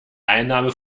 einnahme